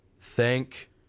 Thank